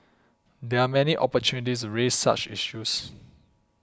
there are many opportunities raise such issues